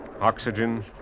Oxygen